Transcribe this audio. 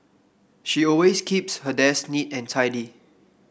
she always keeps her desk neat and tidy